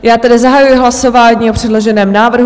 Já tedy zahajuji hlasování o předloženém návrhu.